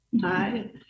Hi